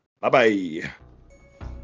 Bye-bye